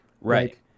Right